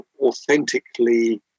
authentically